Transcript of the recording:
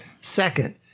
Second